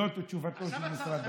זו תשובתו של משרד האוצר.